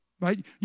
right